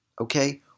okay